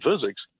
physics